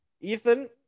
Ethan